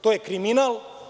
To je kriminal.